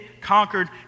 conquered